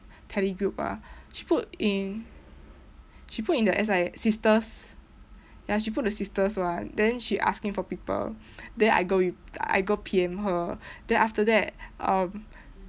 tele group ah she put in she put in the S I sisters ya she put in the sisters one then she asking for people then I go rep~ I go P_M her then after that um